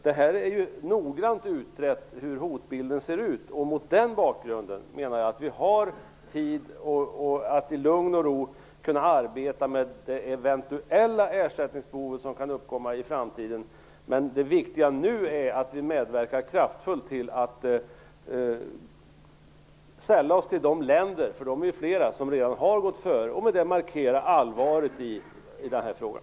Hur hotbilden ser ut är noggrant utrett, och mot den bakgrunden menar jag att vi har tid att i lugn och ro arbeta med de eventuella ersättningsbehov som kan uppkomma i framtiden, men det viktiga nu är att vi sällar oss till de länder som redan har gått före och med det markerar allvaret i den här saken.